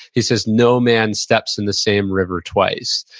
he says, no man steps in the same river twice.